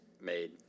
made